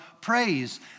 praise